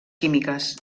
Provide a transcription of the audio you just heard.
químiques